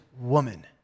woman